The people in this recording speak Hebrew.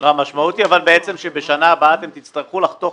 המשמעות היא שבשנה הבאה אתם תצטרכו לחתוך